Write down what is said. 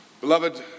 Beloved